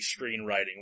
screenwriting